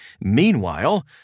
Meanwhile